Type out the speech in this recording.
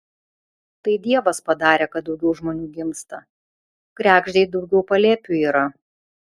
tai dievas padarė kad daugiau žmonių gimsta kregždei daugiau palėpių yra